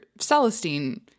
Celestine